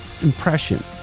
impression